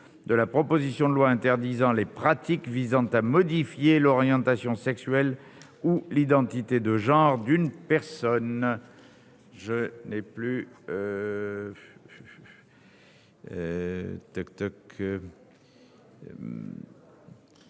de la proposition de loi interdisant les pratiques visant à modifier l'orientation sexuelle ou l'identité de genre d'une personne (texte de